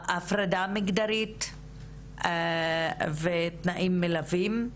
ההפרדה המגדרית ותנאים מלווים,